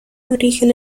origen